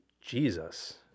Jesus